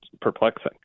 perplexing